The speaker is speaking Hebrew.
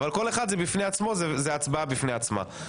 אבל כל אחד בפני עצמו זו הצבעה בפני עצמה.